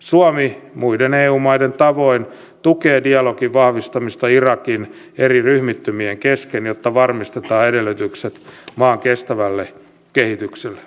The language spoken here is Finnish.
suomi muiden eu maiden tavoin tukee dialogin vahvistamista irakin eri ryhmittymien kesken jotta varmistetaan edellytykset maan kestävälle kehitykselle